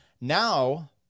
Now